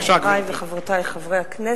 חברי וחברותי חברי הכנסת,